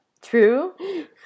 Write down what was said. True